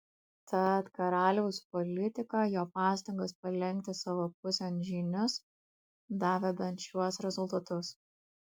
tad karaliaus politika jo pastangos palenkti savo pusėn žynius davė bent šiuos rezultatus